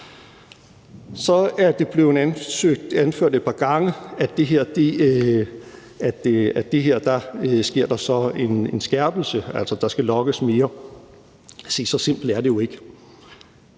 Så er det blevet anført et par gange, at her sker der så en skærpelse, altså, der skal logges mere. Se, så simpelt er det jo ikke.